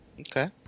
okay